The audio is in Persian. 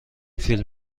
فیلم